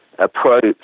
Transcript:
Approach